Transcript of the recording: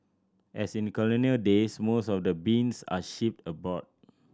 as in colonial days most of the beans are shipped abroad